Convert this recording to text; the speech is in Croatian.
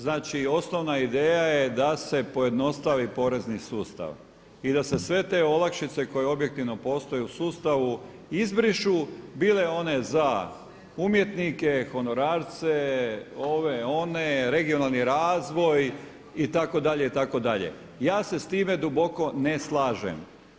Znači osnovna ideja je da se pojednostavi porezni sustav i da se sve te olakšice koje objektivno postoje u sustavu izbrišu bile one za umjetnike, honorarce, ove, one, regionalni razvoj itd., itd. ja se s time duboko ne slažem.